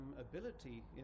ability